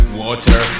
water